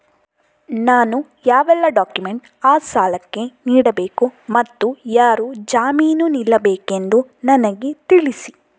ನಾನು ಯಾವೆಲ್ಲ ಡಾಕ್ಯುಮೆಂಟ್ ಆ ಸಾಲಕ್ಕೆ ನೀಡಬೇಕು ಮತ್ತು ಯಾರು ಜಾಮೀನು ನಿಲ್ಲಬೇಕೆಂದು ನನಗೆ ತಿಳಿಸಿ?